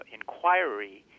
inquiry